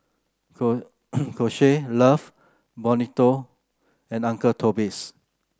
Kose Love Bonito and Uncle Toby's